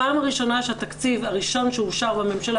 הפעם הראשונה שהתקציב הראשון שאושר בממשלה,